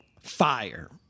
fire